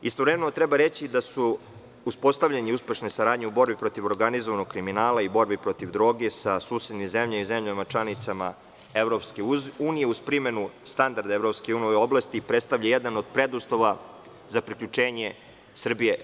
Istovremeno treba reći da su uspostavljene uspešne saradnje u borbi protiv organizovanog kriminala i borbi protiv droge sa susednim zemljama i zemljama članicama EU, uz primenu standarda EU u ovoj oblasti koji predstavljaju jedan od preduslova za priključenje Srbije EU.